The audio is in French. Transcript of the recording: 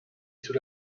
sous